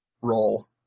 roll